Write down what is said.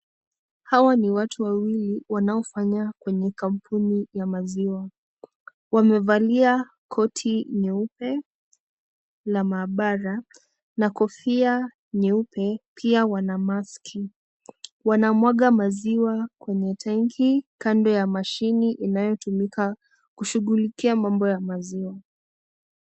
Hawa ni watu wawili wanaofanya kwenye kampuni ya maziwa. Wamevalia koti nyeupe la maabara na kofia nyeupe, pia wana maski. Wanamwaga maziwa kwenye tenki kando ya mashine inayotumika kushughulikia mambo ya maziwa.